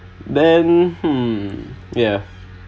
then hmm ya